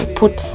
put